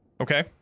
Okay